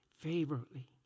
favorably